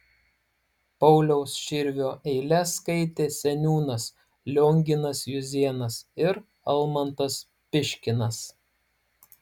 pauliaus širvio eiles skaitė seniūnas lionginas juzėnas ir almantas piškinas